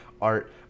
Art